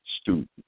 student